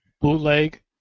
Bootleg